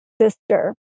sister